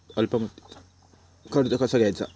अल्प मुदतीचा कर्ज कसा घ्यायचा?